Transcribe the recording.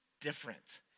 different